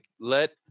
let